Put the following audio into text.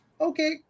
okay